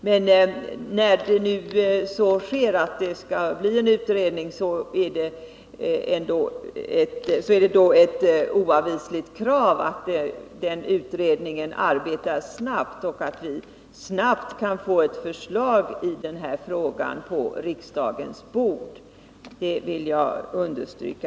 Men när det nu skall bli en utredning är det ett oavvisligt krav att den utredningen arbetar snabbt och att vi utan dröjsmål kan få ett förslag i frågan på riksdagens bord. Det vill jag understryka.